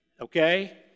okay